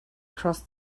crossed